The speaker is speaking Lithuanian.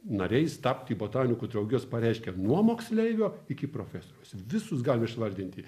nariais tapti botanikų draugijos pareiškia nuo moksleivio iki profesoriaus visus gali išvardinti